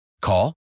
Call